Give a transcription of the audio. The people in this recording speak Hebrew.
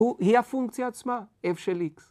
‫היה פונקציה עצמה? F של X.